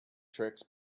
tricks